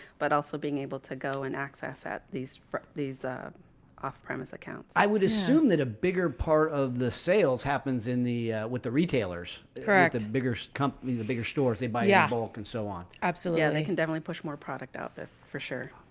but also being able to go and access at these these off premise accounts. i would assume that a bigger part of the sales happens in the with the retailers correct. the and bigger so company, the bigger stores they buy apple can so on. absolutely. yeah, they can definitely push more product out there for sure.